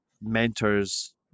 mentors